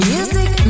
Music